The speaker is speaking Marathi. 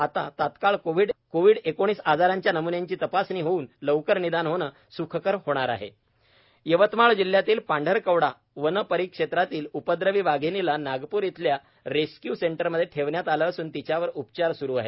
आता तात्काळ कोविड आजाराचे नम्न्यांची तपासणी होऊन लवकर निदान होणे स्खकर होणार आहे उपद्रवी वाघीणी यवतमाळ जिल्हयातील पांढरकवडा वन परिक्षेत्रातील उपद्रवी वाघीणीला नागपूर इथल्या रेस्क्य् सेंटरमध्ये ठेवण्यात आले असून तीच्यावर उपचार सुरु आहेत